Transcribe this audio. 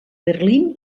berlín